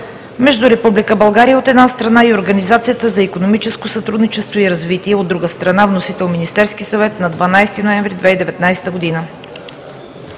между Република България, от една страна, и Организацията за икономическо сътрудничество и развитие (ОИСР), от друга страна. Вносител – Министерският съвет, 12 ноември 2019 г.